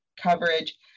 coverage